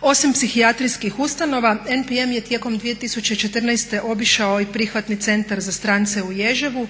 Osim psihijatrijskih ustanova NPM je tijekom 2014.obišao i Prihvatni centar za strance u Ježevu